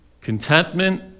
contentment